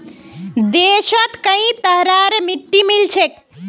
देशत कई तरहरेर मिट्टी मिल छेक